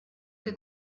que